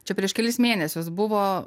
čia prieš kelis mėnesius buvo